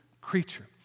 creature